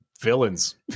villains